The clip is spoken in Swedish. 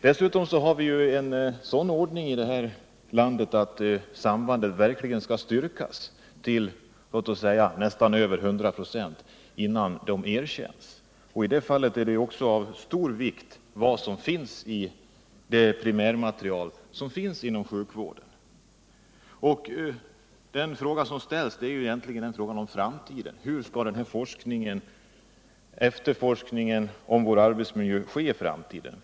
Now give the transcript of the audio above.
Dessutom har vi i landet en sådan ordning, att sambandet verkligen skall styrkas till nästan över 100 96 innan det erkänns. Vad som finns i ett sådant primärmaterial blir då av stor vikt. Den fråga som ställs gäller egentligen framtiden. Hur skall efterforskningen om vår arbetsmiljö ske i framtiden?